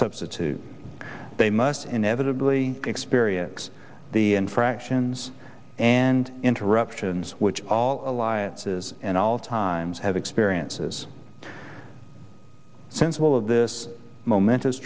substitute they must inevitably experience the infractions and interruptions which all alliances and all times have experiences since all of this momentous